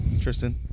Tristan